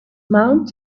mount